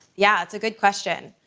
yeah, that's a good question.